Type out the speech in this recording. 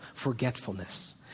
Forgetfulness